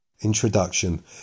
Introduction